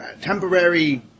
temporary